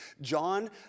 John